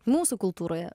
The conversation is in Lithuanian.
mūsų kultūroje